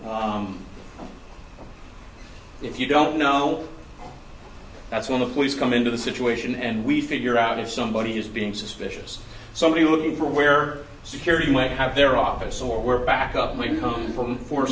be if you don't know that's one of police come into the situation and we figure out if somebody is being suspicious somebody looking for where security might have their office or where back up we come from